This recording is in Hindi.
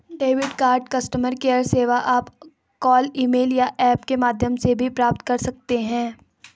डेबिट कार्ड कस्टमर केयर सेवा आप कॉल ईमेल या ऐप के माध्यम से भी प्राप्त कर सकते हैं